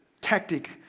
tactic